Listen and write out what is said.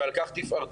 ועל כך תפארתם.